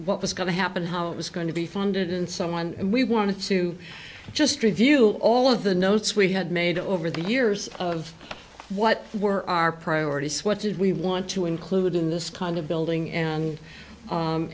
what was going to happen how it was going to be funded and someone we wanted to just review all of the notes we had made over the years of what were our priorities what did we want to include in this kind of building and